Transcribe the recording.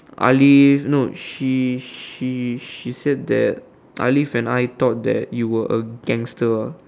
Alif no she she she said that Alif and I thought that you where a gangster